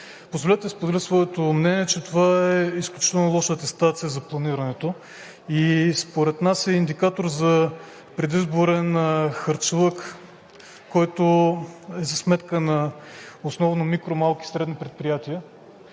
Позволете да споделя своето мнение, че това е изключително лоша атестация за планирането и според нас е индикатор за предизборен харчлък, който е за сметка основно на микро-, малки и средни предприятия,